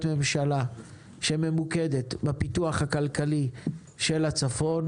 ממשלה שממוקדת בפיתוח הכלכלי של הצפון,